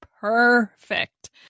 perfect